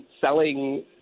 selling